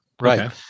right